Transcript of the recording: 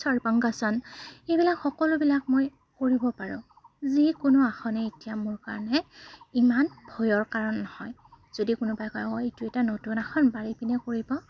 এইবিলাক সকলোবিলাক মই কৰিব পাৰোঁ যিকোনো আসনেই এতিয়া মোৰ কাৰণে ইমান ভয়ৰ কাৰণ নহয় যদি কোনোবাই কয় অ' এইটো এটা নতুন আসন পাৰিবিনে কৰিব